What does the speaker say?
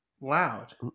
loud